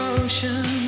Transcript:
ocean